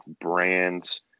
brands